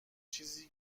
چیزی